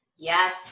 yes